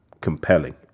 compelling